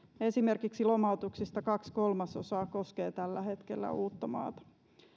esimerkiksi lomautuksista kaksi kolmasosaa koskee tällä hetkellä uuttamaata